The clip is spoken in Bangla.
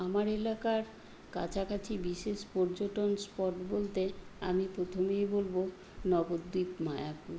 আমার এলাকার কাছাকাছি বিশেষ পর্যটন স্পট বলতে আমি প্রথমেই বলবো নবদ্বীপ মায়াপুর